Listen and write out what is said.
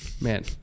Man